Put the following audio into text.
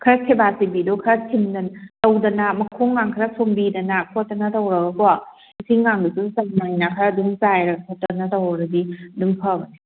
ꯈꯔ ꯁꯦꯕꯥ ꯁꯦꯕꯤꯗꯨ ꯈꯔ ꯊꯤꯟꯗꯅ ꯇꯧꯗꯅ ꯃꯈꯣꯡ ꯂꯥꯡ ꯈꯔ ꯁꯣꯝꯕꯤꯗꯅ ꯈꯣꯠꯇꯅ ꯇꯧꯔꯒꯀꯣ ꯏꯁꯤꯡ ꯂꯥꯡꯗꯨꯁꯨ ꯆꯥꯡ ꯅꯥꯏꯅ ꯈꯔ ꯑꯗꯨꯝ ꯆꯥꯏꯔ ꯈꯣꯠꯇꯅ ꯇꯧꯔꯗꯤ ꯑꯗꯨꯝ ꯐꯕꯅꯦ